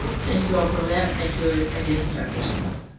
thank you all for that. thank you again, doctor smith.